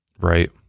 right